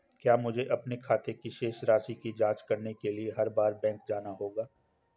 क्या मुझे अपने खाते की शेष राशि की जांच करने के लिए हर बार बैंक जाना होगा?